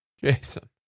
Jason